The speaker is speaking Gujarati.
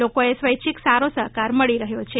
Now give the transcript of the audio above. લોકોએ સ્વૈચ્છિક સારો સહકાર મળી રહ્યો છે